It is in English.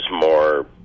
more